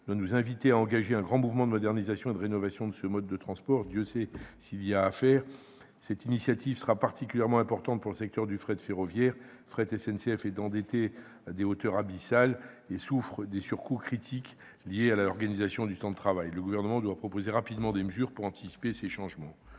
doit nous inviter à engager un grand mouvement de modernisation et de rénovation de ce mode de transport ; Dieu sait qu'il y a à faire ... Cette initiative sera particulièrement importante pour le secteur du fret ferroviaire : l'établissement Fret SNCF est endetté à une hauteur abyssale, et souffre de surcoûts critiques liés à l'organisation du temps de travail. Le Gouvernement doit proposer rapidement des mesures pour anticiper ces changements.